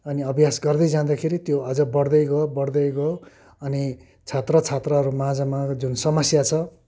अनि अभ्यास गर्दै जाँदाखेरि त्यो अझ बड्दै गयो बड्दै गयो अनि छात्र छात्राहरू माझमा जुन समस्या छ